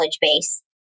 Base